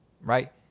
right